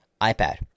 iPad